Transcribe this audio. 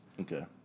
Okay